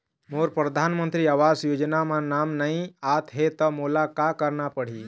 मोर परधानमंतरी आवास योजना म नाम नई आत हे त मोला का करना पड़ही?